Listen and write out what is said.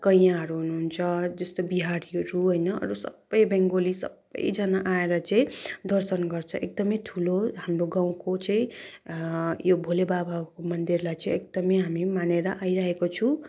कैँयाहरू हुनुहुन्छ जस्तो बिहारीहरू होइन अरू सबै बङ्गाली सबैजना आएर चाहिँ दर्शन गर्छ एकदमै ठुलो हाम्रो गाउँको चाहिँ यो भोले बाबाको मन्दिरलाई छे एकदमै हामी मानेर आइरहेको छु